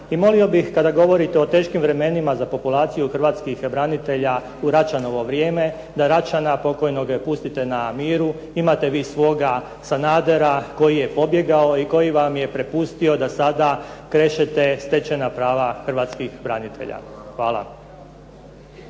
I molio bih kada govorite o teškim vremenima za populaciju hrvatskih branitelja u Račanovo vrijeme, da Račana pokojnoga pustite na miru. Imate vi svoga Sanadera koji je pobjegao i koji vam je prepustio da sada krešete stečena prava hrvatskih branitelja. Hvala.